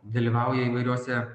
dalyvauja įvairiose